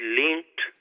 linked